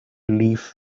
leaf